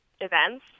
events